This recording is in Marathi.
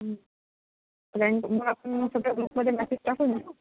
आपण सगळ्या ग्रुपमध्ये मेसेज टाकून